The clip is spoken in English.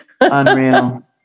Unreal